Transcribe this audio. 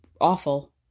awful